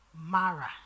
Mara